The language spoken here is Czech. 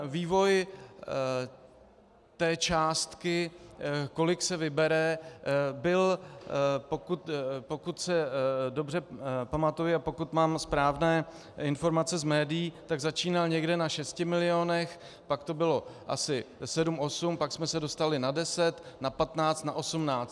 Vývoj té částky, kolik se vybere, byl, pokud si dobře pamatuji a pokud mám správné informace z médií, tak začínal někde na šesti milionech, pak to bylo asi sedm, osm, pak jsme se dostali na deset, na patnáct, na osmnáct.